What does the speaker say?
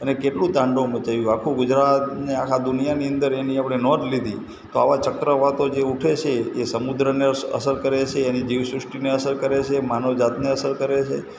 અને કેટલું તાંડવ મચાવ્યું આખું ગુજરાત ને આખા દુનિયાની અંદર એની આપણે નોંધ લીધી તો આવા ચક્રવાતો જે ઉઠે છે એ સમુદ્રને અસર કરે છે એની જીવ સૃષ્ટિને અસર કરે છે માનવજાતને અસર કરે છે